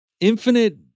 infinite